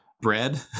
bread